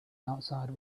outside